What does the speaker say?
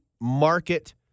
market